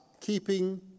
keeping